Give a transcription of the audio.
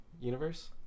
universe